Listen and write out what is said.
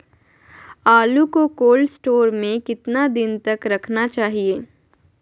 आलू को cold store में कितना दिन तक रखना चाहिए?